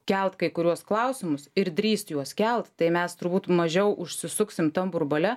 kelt kai kuriuos klausimus ir drįst juos kelt tai mes turbūt mažiau užsisuksim tam burbule